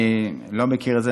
אני לא מכיר את זה.